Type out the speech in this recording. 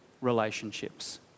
relationships